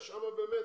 שם באמת